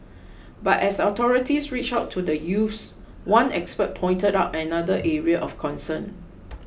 but as authorities reach out to the youths one expert pointed out another area of concern